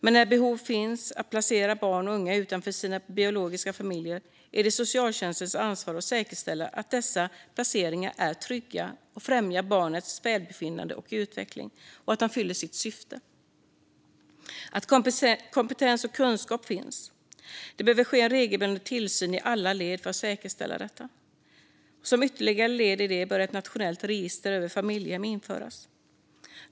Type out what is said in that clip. Men när behov finns av att placera barn och unga utanför deras biologiska familjer är det socialtjänstens ansvar att säkerställa att dessa placeringar är trygga, att de främjar barnets välbefinnande och utveckling och att de fyller sitt syfte. Kompetens och kunskap ska finnas, och det behöver ske en regelbunden tillsyn i alla led för att säkerställa detta. Som ytterligare ett led i det bör ett nationellt register över familjehem införas.